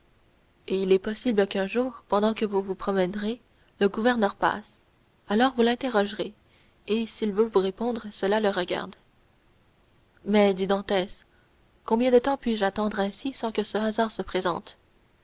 et il est possible qu'un jour pendant que vous vous promènerez le gouverneur passera alors vous l'interrogerez et s'il veut vous répondre cela le regarde mais dit dantès combien de temps puis-je attendre ainsi sans que ce hasard se présente